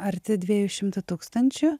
arti dviejų šimtų tūkstančių